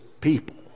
people